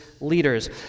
leaders